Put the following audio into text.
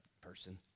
person